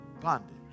bondage